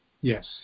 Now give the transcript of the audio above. Yes